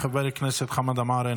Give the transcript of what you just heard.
חבר הכנסת חמד עמאר,